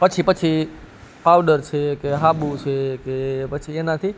પછી પછી પાવડર છે કે હાબુ છે કે પછી એનાથી